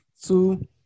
two